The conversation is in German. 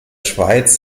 schweiz